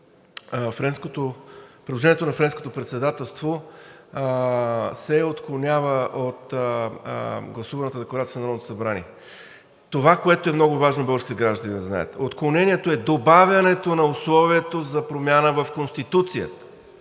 предложението на Френското председателство се отклонява от гласуваната декларация на Народното събрание. Това, което е много важно българските граждани да знаят: отклонението е добавянето на условието за промяна в Конституцията,